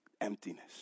emptiness